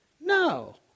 No